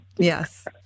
Yes